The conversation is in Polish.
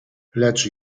lecz